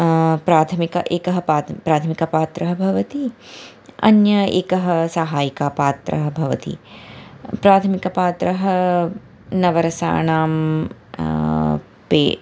प्राथमिक एकः पा प्राथमिकपात्रं भवति अन्य एकः साहायिका पात्रं भवति प्राथमिकपात्रं नवरसाणां पे